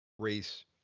race